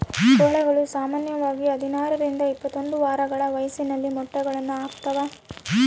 ಕೋಳಿಗಳು ಸಾಮಾನ್ಯವಾಗಿ ಹದಿನಾರರಿಂದ ಇಪ್ಪತ್ತೊಂದು ವಾರಗಳ ವಯಸ್ಸಿನಲ್ಲಿ ಮೊಟ್ಟೆಗಳನ್ನು ಹಾಕ್ತಾವ